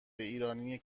ایرانی